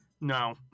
no